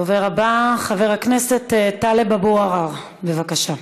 הדובר הבא, חבר הכנסת טלב אבו עראר, בבקשה.